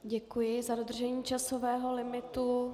Děkuji za dodržení časového limitu.